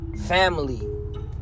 Family